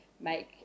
make